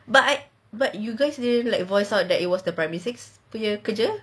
but I but you guys didn't voice out that it was the primary six punya kerja